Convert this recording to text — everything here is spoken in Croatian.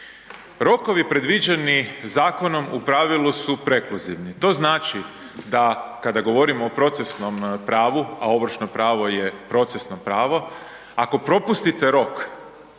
Rokovi predviđeni zakonom u pravilu su prekluzivni, to znači da kada govorimo o procesnom pravu, a ovršno pravo je procesno pravo, ako propustite rok